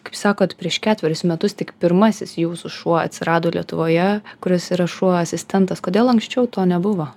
kaip sakot prieš ketverius metus tik pirmasis jūsų šuo atsirado lietuvoje kuris yra šuo asistentas kodėl anksčiau to nebuvo